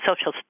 social